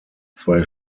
zwei